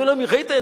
אמרו: ראית,